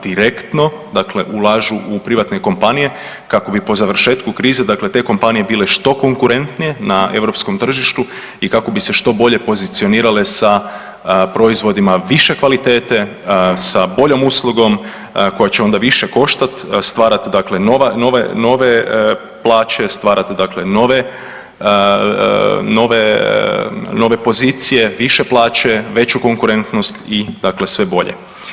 Direktno dakle ulažu u privatne kompanije kako bi po završetku krize dakle te kompanije bile što konkurentnije na europskom tržištu i kako bi se što bolje pozicionirale sa proizvodima više kvalitete, sa boljom uslugom koja će onda više koštati, stvarati dakle nove plaće, stvarati dakle nove pozicije, više plaće, veću konkurentnost i dakle sve bolje.